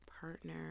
partner